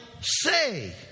say